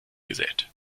gesät